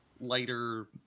lighter